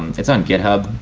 it's on gethub.